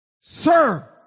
Sir